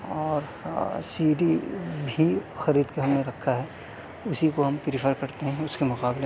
اور سی ڈی بھی خرید کے ہم نے رکھا ہے اسی کو ہم پریفر کرتے ہیں اس کے مقابلے